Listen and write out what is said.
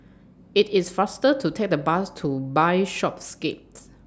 IT IS faster to Take The Bus to Bishopsgate